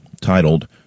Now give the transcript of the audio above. titled